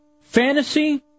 Fantasy